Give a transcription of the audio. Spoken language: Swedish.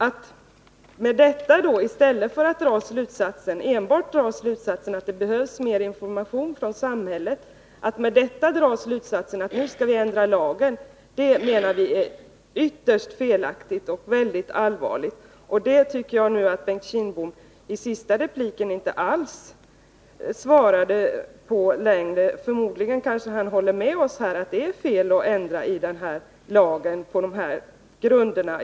Om man då i stället för att enbart dra slutsatsen, att det behövs mer information från samhällets sida, hävdar att vi nu skall ändra lagen, så är det enligt vår mening ytterst felaktigt och väldigt allvarligt. Bengt Kindbom svarade inte alls på detta i sin senaste replik. Förmodligen håller han med oss om att det är fel att ändra lagen på de här grunderna.